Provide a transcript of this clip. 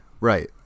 Right